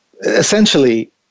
Essentially